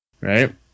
Right